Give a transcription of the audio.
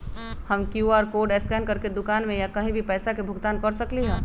हम QR code scan करके दुकान में या कहीं भी पैसा के भुगतान कर सकली ह?